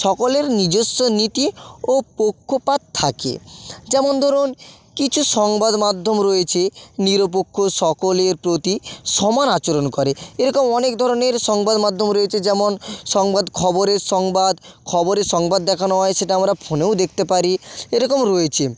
সকলের নিজস্ব নীতি ও পক্ষপাত থাকে যেমন ধরুন কিছু সংবাদমাধ্যম রয়েছে নিরপক্ষ সকলের প্রতি সমান আচরণ করে এরকম অনেক ধরনের সংবাদ মাধ্যম রয়েছে যেমন সংবাদ খবরের সংবাদ খবরে সংবাদ দেখানো হয় সেটা আমরা ফোনেও দেখতে পারি এরকম রয়েছে